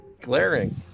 glaring